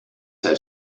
have